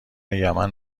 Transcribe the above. یمن